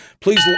Please